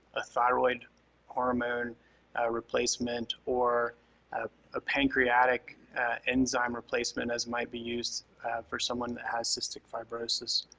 a thyroid hormone replacement or ah ah pancreatic enzyme replacement as might be used for someone that has cystic fibrosis.